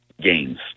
games